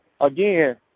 again